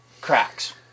cracks